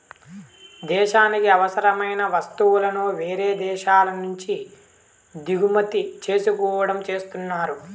దేశానికి అవసరమైన వస్తువులను వేరే దేశాల నుంచి దిగుమతి చేసుకోవడం చేస్తున్నారు